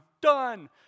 done